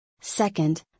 Second